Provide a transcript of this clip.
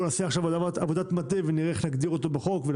בואו נעשה עכשיו עבודת מטה ונראה איך נגדיר אותו בחוק.